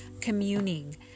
communing